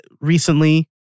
recently